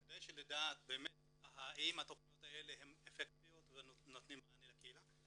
כדי שנדע באמת האם התכניות אפקטיביות ונותנות מענה לקהילה.